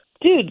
Dude